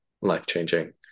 life-changing